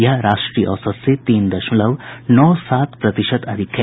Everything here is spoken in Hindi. यह राष्ट्रीय औसत से तीन दशमलव नौ सात प्रतिशत अधिक है